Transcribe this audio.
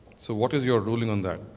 so what is your ruling on that?